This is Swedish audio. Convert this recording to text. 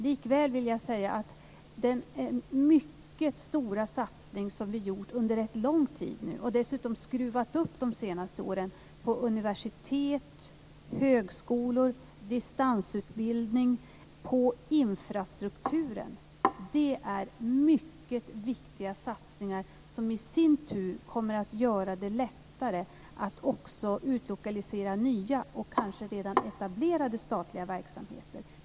Likväl vill jag säga att den mycket stora satsning som gjorts under lång tid, och som dessutom skruvats upp under de senaste åren, på universitet, högskolor, distansutbildning och infrastruktur är mycket viktiga satsningar, som i sin tur kommer att göra det lättare att också utlokalisera nya och kanske redan etablerade statliga verksamheter.